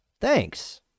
thanks